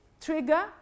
trigger